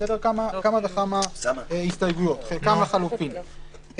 כמה וכמה הסתייגויות, חלקן לחלופין.